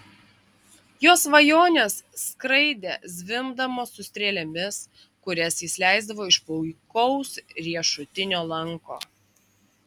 jo svajonės skraidė zvimbdamos su strėlėmis kurias jis leisdavo iš puikaus riešutinio lanko